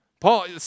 Paul